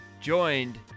joined